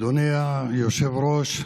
אדוני היושב-ראש,